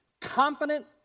confident